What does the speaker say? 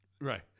Right